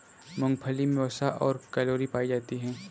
मूंगफली मे वसा और कैलोरी पायी जाती है